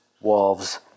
wolves